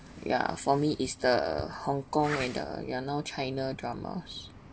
ya for me is the hong-kong and the you know china dramas